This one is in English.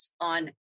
On